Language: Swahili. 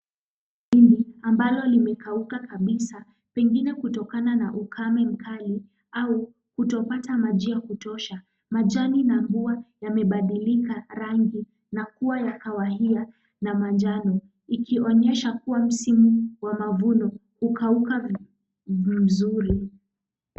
Hindi ambalo limekauka kabisa pengine kutokana na ukame mkali au kutopata maji ya kutosha. Majani na mbua yamebadilika rangi na kuwa kahawia na manjano. Ikionyesha kuwa msimu wa mavuno kukauka vizuri.